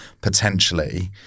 potentially